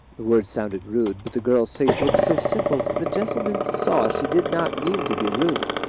the words sounded rude, but the girl's face looked so simple that the gentleman saw she did not mean to be rude,